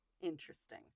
interesting